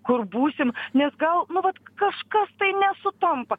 kur būsim nes gal nu vat kažkas tai nesutampa